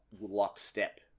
lockstep